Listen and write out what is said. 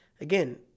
again